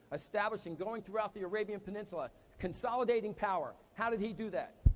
establishing, going throughout the arabian peninsula, consolidating power. how did he do that?